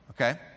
okay